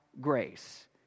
grace